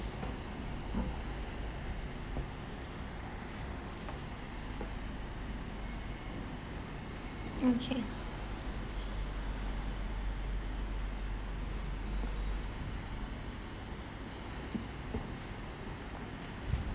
okay